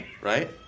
right